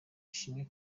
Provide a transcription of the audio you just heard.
ishimwe